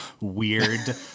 weird